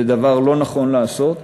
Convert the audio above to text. זה דבר לא נכון לעשות.